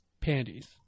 panties